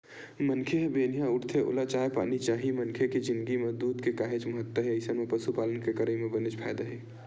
मनखे ह बिहनिया उठथे ओला चाय पानी चाही मनखे के जिनगी म दूद के काहेच महत्ता हे अइसन म पसुपालन के करई म बनेच फायदा हे